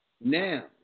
now